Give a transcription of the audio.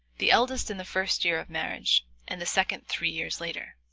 the eldest in the first year of marriage and the second three years later.